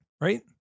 Right